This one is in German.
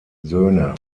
söhne